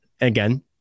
again